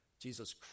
Jesus